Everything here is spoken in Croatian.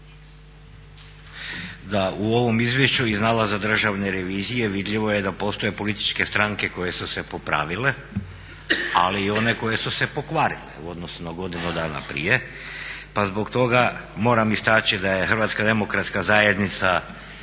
da u ovom izvješću iz nalaza Državne revizije vidljivo je da postoje političke stranke koje su se popravile ali i one koje su se pokvarile u odnosu na godinu dana prije. Pa zbog toga moram istaći da je Hrvatska demokratska zajednica ovaj